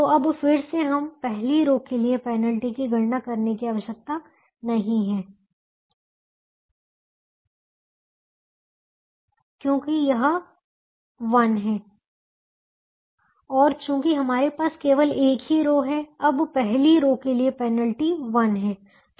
तो अब फिर से हमें पहली रो के लिए पेनल्टी की गणना करने की आवश्यकता नहीं है क्योंकि यह 1 है और चूंकि हमारे पास केवल एक ही रो है अब पहली रो के लिए पेनल्टी 1 है